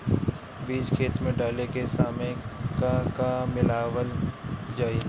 बीज खेत मे डाले के सामय का का मिलावल जाई?